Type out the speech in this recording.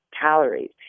calories